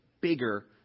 bigger